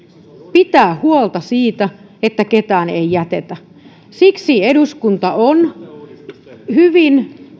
pitää huolta siitä että ketään ei jätetä siksi eduskunta on hyvin